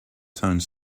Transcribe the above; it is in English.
tone